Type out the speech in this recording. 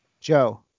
Joe